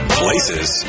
places